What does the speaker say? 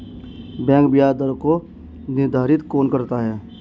Bank ब्याज दर को निर्धारित कौन करता है?